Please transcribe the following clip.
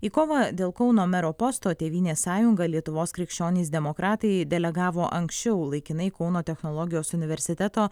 į kovą dėl kauno mero posto tėvynės sąjunga lietuvos krikščionys demokratai delegavo anksčiau laikinai kauno technologijos universiteto